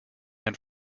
and